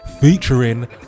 featuring